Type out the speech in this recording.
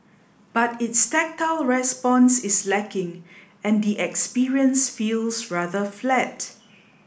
but its tactile response is lacking and the experience feels rather flat